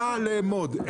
וידע לאמוד.